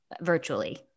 virtually